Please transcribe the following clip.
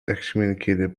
excommunicated